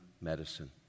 medicine